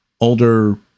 older